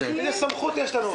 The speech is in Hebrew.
באיזה כובע הם אומרים את זה מומחים,